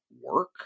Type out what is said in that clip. work